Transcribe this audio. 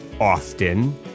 often